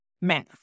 math